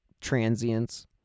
transients